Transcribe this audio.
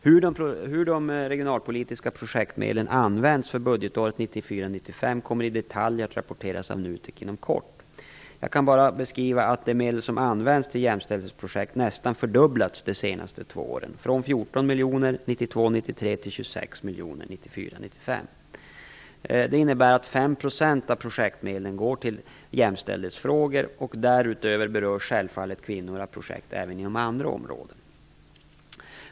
Hur de regionalpolitiska projektmedlen använts för budgetåret 1994 93 till 26 miljoner kronor budgetåret 1994/95. Det innebär att ca 5 % av projektmedlen går till jämställdhetsfrågor. Därutöver berörs självfallet kvinnor av projekt även inom andra områden.